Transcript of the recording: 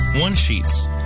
one-sheets